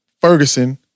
Ferguson